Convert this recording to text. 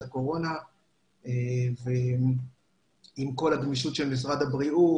הקורונה ועם כל הגמישות של משרד הבריאות,